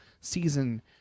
season